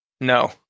No